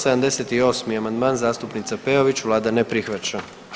78. amandman, zastupnica Peović, Vlada ne prihvaća.